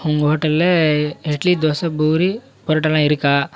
உங்கள் ஹோட்டலில் இட்லி தோசை பூரி புரோட்டாலாம் இருக்கா